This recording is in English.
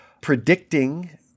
predicting